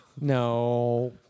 No